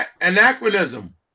anachronism